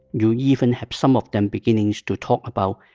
you even have some of them beginning to talk about,